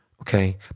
okay